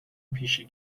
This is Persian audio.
پیشی